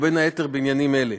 ובין היתר בעניינים האלה: